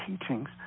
teachings